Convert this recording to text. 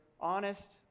honest